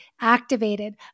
activated